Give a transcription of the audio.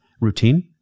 routine